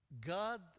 God